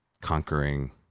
conquering